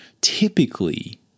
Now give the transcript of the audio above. typically